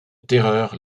terreur